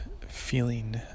feeling